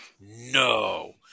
no